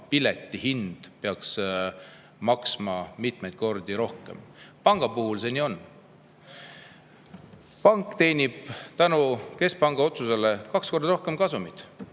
piletid peaksid maksma mitmeid kordi rohkem. Panga puhul see nii on. Pank teenib tänu keskpanga otsusele kaks korda rohkem kasumit.